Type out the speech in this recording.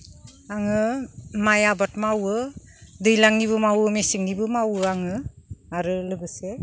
आङो माइ आबाद मावो दैज्लांनिबो मावो मेसें निबो मावो आङो आरो लोगोसे